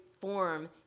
form